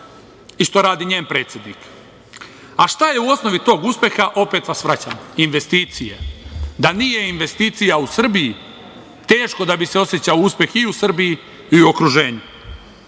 i što radi njen predsednik. A, šta je u osnovi tog uspeha, opet vas vraćam, investicije. Da nije investicija u Srbiji teško da bi se osećao uspeh i u Srbiji i u okruženju. Uvažena